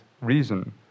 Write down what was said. reason